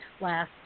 last